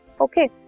Okay